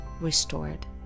restored